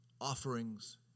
offerings